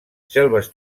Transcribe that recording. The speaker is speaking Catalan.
selves